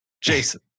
Jason